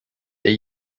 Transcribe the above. they